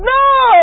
no